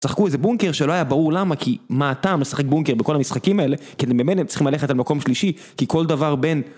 תשחקו איזה בונקר שלא היה ברור למה כי מה הטעם לשחק בונקר בכל המשחקים האלה כי באמת צריכים ללכת על מקום שלישי כי כל דבר בין